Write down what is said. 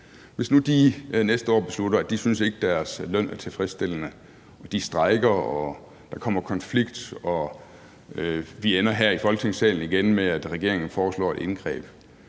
– næste år beslutter, at de ikke synes, at deres løn er tilfredsstillende, og de strejker, og der kommer en konflikt, og vi her i Folketingssalen igen ender med, at regeringen foreslår et indgreb,